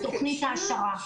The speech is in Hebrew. זה תוכנית העשרה.